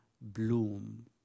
bloom